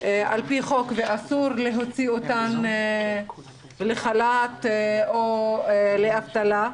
על פי חוק ואסור להוציא אותן לחל"ת או לאבטלה,